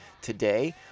today